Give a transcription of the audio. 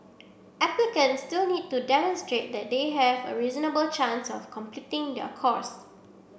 applicants still need to demonstrate that they have a reasonable chance of completing their course